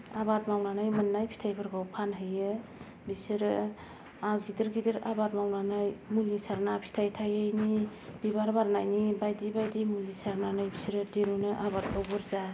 आबाद मावनानै मोननाय फिथायफोरखौ फानहैयो बिसोरो गिदिर गिदिर आबाद मावनानै मुलि सारना फिथाय थायैनि बिबार बारनायनि बायदि बायदि मुलि सारनानै बिसोरो दिरुनो आबादखौ बुरजा